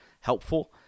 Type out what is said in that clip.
helpful